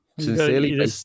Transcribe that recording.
Sincerely